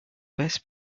best